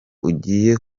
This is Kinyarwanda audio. ugiye